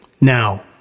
now